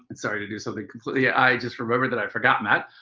and sorry to do something completely i just remembered that i forgotten that.